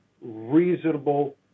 reasonable